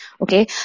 Okay